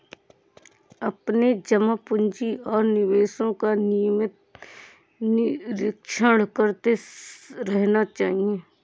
अपने जमा पूँजी और निवेशों का नियमित निरीक्षण करते रहना चाहिए